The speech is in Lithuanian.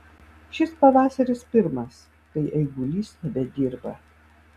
šis pavasaris pirmas kai eigulys nebedirba